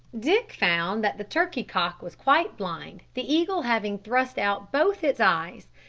dick found that the turkey-cock was quite blind, the eagle having thrust out both its eyes,